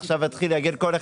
עכשיו להתחיל להגיד לכל אחד,